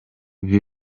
ibi